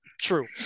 true